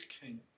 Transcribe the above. king